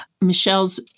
Michelle's